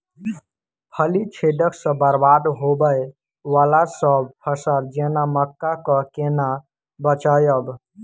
फली छेदक सँ बरबाद होबय वलासभ फसल जेना मक्का कऽ केना बचयब?